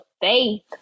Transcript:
faith